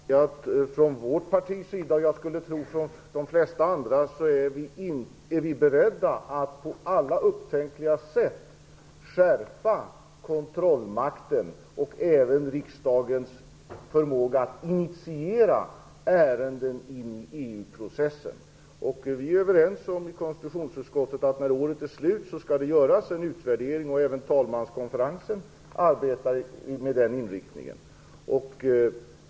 Herr talman! Från vårt partis sida - och jag skulle tro att det gäller de flesta andra partier - är vi beredda att på alla upptänkliga sätt skärpa kontrollmakten och även riksdagens förmåga att initiera ärenden in i EU processen. Vi är i konstitutionsutskottet överens om att det skall göras en utvärdering när året är slut. Även talmanskonferensen arbetar med den inriktningen.